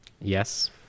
Yes